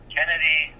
Kennedy